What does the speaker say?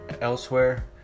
elsewhere